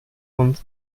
und